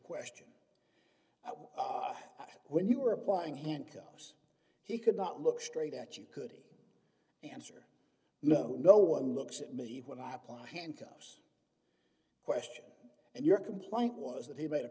question when you were applying handcuffs he could not look straight at you could answer no no one looks at me when i apply handcuffs question and your complaint was that he made a